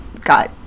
got